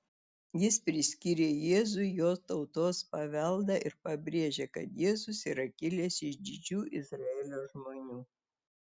jis priskyrė jėzui jo tautos paveldą ir pabrėžė kad jėzus yra kilęs iš didžių izraelio žmonių